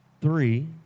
three